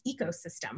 ecosystem